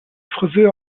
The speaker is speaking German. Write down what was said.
frisör